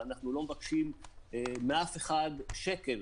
ואנחנו לא מבקשים מאף אחד שקל,